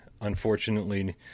unfortunately